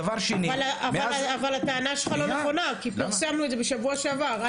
אבל הטענה שלך לא נכונה כי פרסמנו את זה בשבוע שעבר.